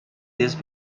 this